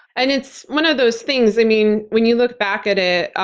and it's one of those things i mean, when you look back at it,